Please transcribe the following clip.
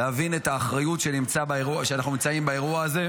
להבין את האחריות כשאנחנו נמצאים באירוע הזה,